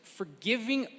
forgiving